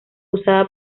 usada